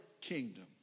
kingdom